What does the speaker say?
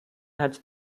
hat